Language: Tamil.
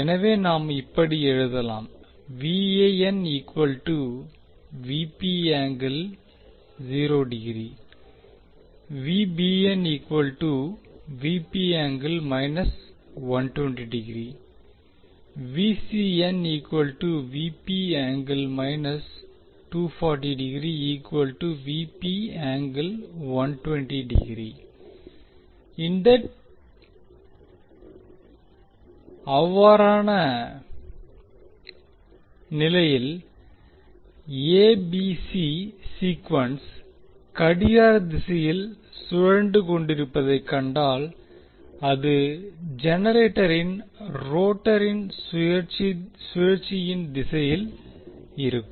எனவே நாம் இப்படி எழுதலாம் அவ்வாறான நிலையில் ஏபிசி சீக்குவென்ஸ் கடிகார திசையில் சுழன்று கொண்டிருப்பதைக் கண்டால் அது ஜெனரேட்டரின் ரோட்டரின் சுழற்சியின் திசையில் இருக்கும்